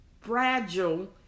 fragile